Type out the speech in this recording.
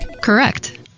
Correct